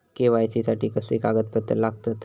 KYC साठी कसली कागदपत्र लागतत?